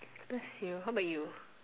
bless you how about you